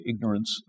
ignorance